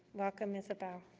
welcome, isabel.